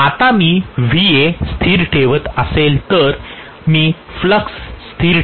आता मी Va स्थिर ठेवत असेल तर मी फ्लक्स स्थिर ठेवत आहे